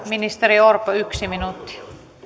ministeri orpo yksi minuutti